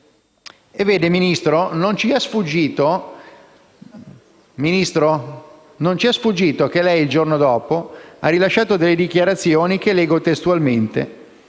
Signor Ministro, non ci è sfuggito che lei, il giorno dopo, ha rilasciato delle dichiarazioni che leggo testualmente: